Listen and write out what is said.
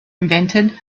invented